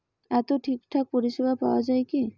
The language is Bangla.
এতে ঠিকঠাক পরিষেবা পাওয়া য়ায় কি?